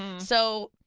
and so,